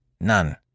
None